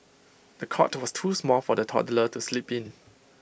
the cot was too small for the toddler to sleep in